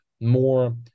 more